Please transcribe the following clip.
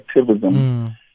activism